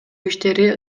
иштери